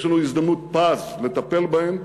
יש לנו הזדמנות פז לטפל בהן,